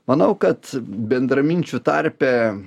manau kad bendraminčių tarpe